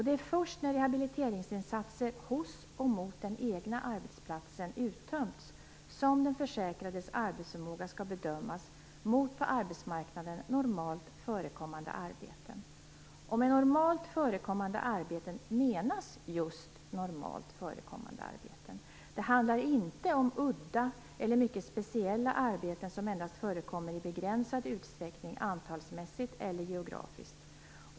Det är först när rehabiliteringsinsatser hos och mot den egna arbetsplatsen uttömts som den försäkrades arbetsförmåga skall bedömas mot på arbetsmarknaden normalt förekommande arbeten. Med normalt förekommande arbeten menas just normalt förekommande arbeten. Det handlar inte om udda eller mycket speciella arbeten som endast förekommer i begränsad utsträckning antalsmässigt eller geografiskt.